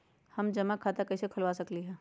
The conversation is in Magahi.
हम जमा खाता कइसे खुलवा सकली ह?